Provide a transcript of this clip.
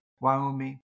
Wyoming